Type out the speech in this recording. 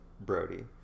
Brody